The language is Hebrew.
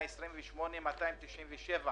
מקומיות ותלויים ברצונו הטוב של ראש הרשות אחד כן